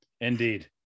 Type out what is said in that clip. indeed